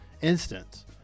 instance